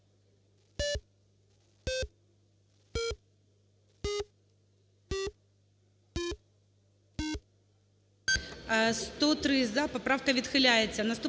Поправка відхиляється.